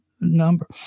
number